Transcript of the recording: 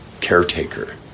caretaker